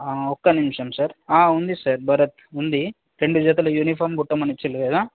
ఒక్క నిమిషం సార్ ఉంది సార్ భరత్ ఉంది రెండు జతలు యూనిఫాం కొట్టమని ఇచ్చారు కదా